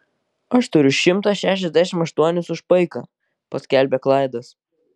aš turiu šimtą šešiasdešimt aštuonis už paiką paskelbė klaidas